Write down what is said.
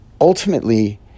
ultimately